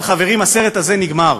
אבל, חברים, הסרט הזה נגמר.